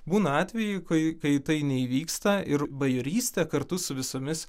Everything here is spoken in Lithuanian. būna atvejų kai kai tai neįvyksta ir bajorystė kartu su visomis